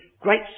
great